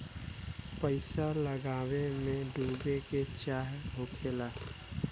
पइसा लगावे मे डूबे के चांस होला